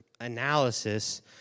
analysis